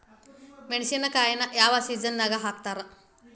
ಮೆಣಸಿನಕಾಯಿನ ಯಾವ ಸೇಸನ್ ನಾಗ್ ಹಾಕ್ತಾರ?